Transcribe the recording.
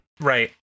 Right